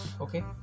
Okay